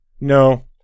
No